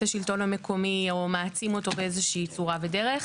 השלטון המקומי או מעצים אותו באיזה שהיא צורה ודרך.